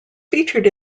featured